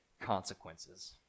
consequences